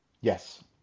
yes